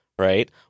Right